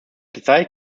gezeigt